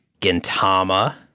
Gintama